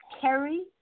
Carrie